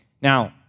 Now